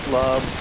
love